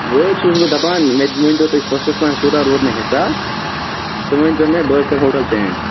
وۅنۍ حظ چھُس بہٕ دَپان مےٚ ؤنۍتو تُہۍ فٔسٹَس تام کوٗتاہ روٗد مےٚ حِساب سُہ ؤنۍتو مےٚ بہٕ حظ کَرٕ ہوٹَل چینٛج